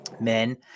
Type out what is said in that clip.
men